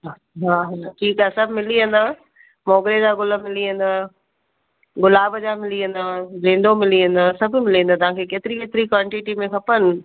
हा हा ठीकु आहे सभु मिली वेंदव मोगिरे जा गुल मिली वेंदव गुलाब जा मिली वेंदव गेंदो मिली वेंदव सभु मिली वेंदव तव्हांखे केतिरी केतिरी क्वांटिटी में खपनि